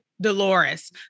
Dolores